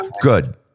Good